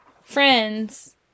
friends